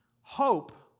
Hope